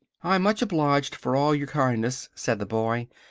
i'm much obliged for all your kindness, said the boy,